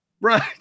Right